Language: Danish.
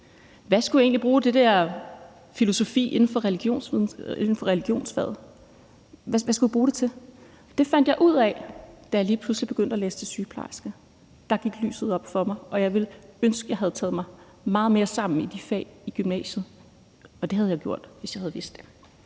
hvad skulle jeg egentlig bruge det der filosofi inden for religionsfaget til? Det fandt jeg ud af, da jeg lige pludselig begyndte at læse til sygeplejerske, for der gik lyset op for mig, og jeg ville ønske, at jeg havde taget mig meget mere sammen i de fag i gymnasiet, og det havde jeg gjort, hvis jeg havde vidst det.